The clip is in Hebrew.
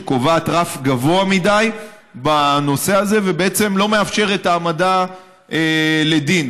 שקובעת רף גבוה מדי בנושא הזה ובעצם לא מאפשרת העמדה לדין.